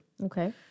Okay